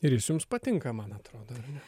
ir jis jums patinka man atrodo ar ne